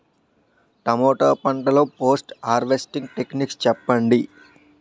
టమాటా పంట లొ post harvesting techniques చెప్పండి?